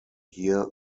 hear